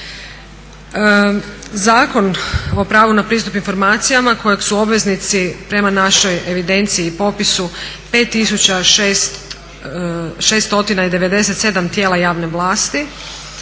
Zakon o pravu na pristup informacijama kojeg su obveznici prema našoj evidenciji i popisu 5 697 tijela javne vlasti,